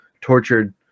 tortured